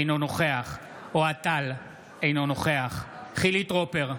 אינו נוכח אוהד טל, אינו נוכח חילי טרופר,